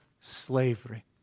slavery